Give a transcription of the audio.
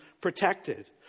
protected